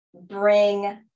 bring